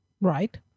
Right